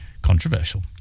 controversial